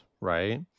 right